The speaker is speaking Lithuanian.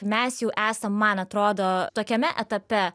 mes jau esam man atrodo tokiame etape